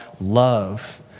love